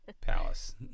palace